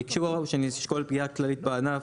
ביקשו שנשקול פגיעה כללית בענף,